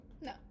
No